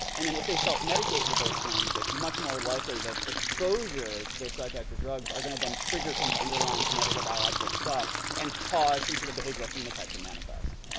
and then if they self-medicate with those things, it's much more likely that exposure to those psychoactive drugs are gonna then trigger some of the underlying genetic or biological stuff, and cause some sort of behavioral phenotype to manifest.